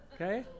Okay